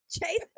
Chase